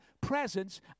presence